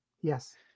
Yes